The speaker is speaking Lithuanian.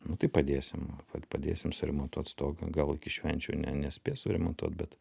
nu tai padėsim padėsim suremontuot stogą gal iki švenčių ne nespės suremontuot bet